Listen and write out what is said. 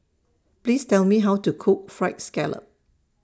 Please Tell Me How to Cook Fried Scallop